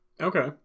Okay